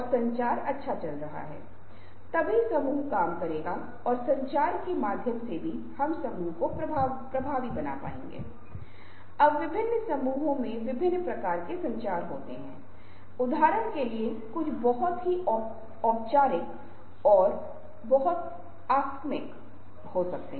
इसलिए यह समय की आत्म जागरूकता है योजना बनाना कि आप विशिष्ट गतिविधियों और विभिन्न गतिविधियों पर समय की निगरानी में कितना समय लगा सकते हैं